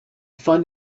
find